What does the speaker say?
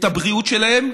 את הבריאות שלהם,